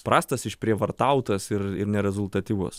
prastas išprievartautas ir ir nerezultatyvus